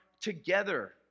together